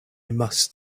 must